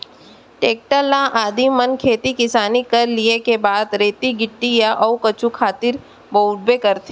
tractor ल आदमी मन खेती किसानी कर लिये के बाद रेती गिट्टी या अउ कुछु खातिर बउरबे करथे